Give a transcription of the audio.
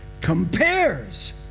compares